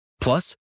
Plus